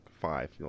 five